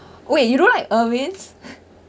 wait you don't like ervin's